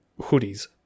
hoodies